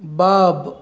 wow